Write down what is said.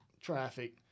Traffic